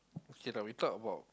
K lah we talk about